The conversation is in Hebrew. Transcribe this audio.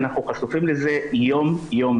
אנחנו חשופים לזה יום-יום.